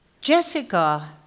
Jessica